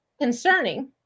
concerning